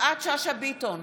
יפעת שאשא ביטון,